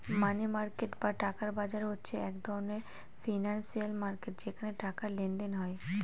মানি market বা টাকার বাজার হচ্ছে এক ধরনের ফিনান্সিয়াল মার্কেট যেখানে টাকার লেনদেন হয়